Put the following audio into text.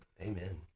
Amen